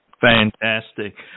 fantastic